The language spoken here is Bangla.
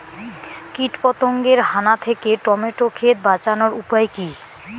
কীটপতঙ্গের হানা থেকে টমেটো ক্ষেত বাঁচানোর উপায় কি?